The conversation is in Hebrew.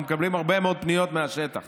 אנחנו מקבלים הרבה מאוד פניות מהשטח